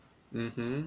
mmhmm